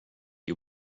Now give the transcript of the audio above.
you